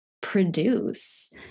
produce